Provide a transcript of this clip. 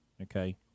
okay